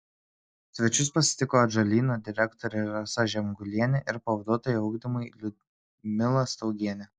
svečius pasitiko atžalyno direktorė rasa žemgulienė ir pavaduotoja ugdymui liudmila staugienė